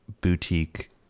boutique